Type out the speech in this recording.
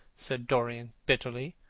said dorian bitterly.